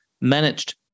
managed